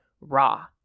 raw